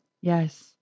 Yes